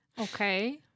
Okay